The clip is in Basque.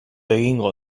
egingo